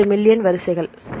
78 million வரிசைகள் சரி